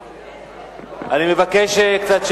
אני מבקש שקט ביציע,